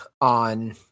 on